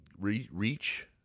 reach